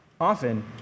Often